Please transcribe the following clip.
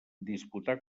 disputà